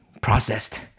processed